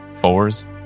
Fours